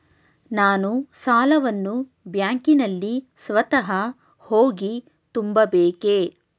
ನಾನು ಸಾಲವನ್ನು ಬ್ಯಾಂಕಿನಲ್ಲಿ ಸ್ವತಃ ಹೋಗಿ ತುಂಬಬೇಕೇ?